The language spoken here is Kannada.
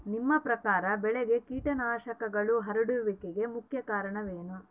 ನಿಮ್ಮ ಪ್ರಕಾರ ಬೆಳೆಗೆ ಕೇಟನಾಶಕಗಳು ಹರಡುವಿಕೆಗೆ ಮುಖ್ಯ ಕಾರಣ ಏನು?